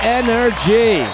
energy